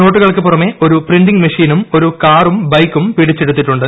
നോട്ടുകൾക്കു പുറമെ ഒരു പ്രിന്റിംഗ് മെഷിനും ഒരു കാറും ബൈക്കും പിടിച്ചെടുത്തിട്ടുണ്ട്